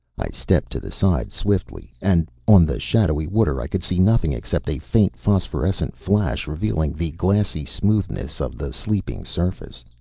i stepped to the side swiftly, and on the shadowy water i could see nothing except a faint phosphorescent flash revealing the glassy smoothness of the sleeping surface.